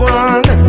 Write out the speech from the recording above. one